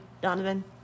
donovan